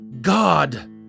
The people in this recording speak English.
God